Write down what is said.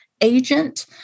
agent